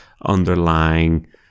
underlying